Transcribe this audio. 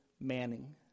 Manning